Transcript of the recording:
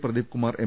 Pradeepkumar M